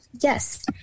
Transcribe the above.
Yes